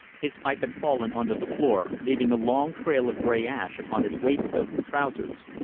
his pipe had fallen on to the floor, leaving a long trail of grey ash upon his waistcoat and trousers.